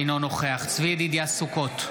אינו נוכח צבי ידידיה סוכות,